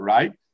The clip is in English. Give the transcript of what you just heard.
Right